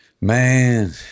man